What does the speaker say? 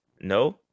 no